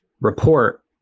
report